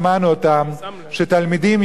שתלמידים ירביצו למוריהם.